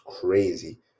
crazy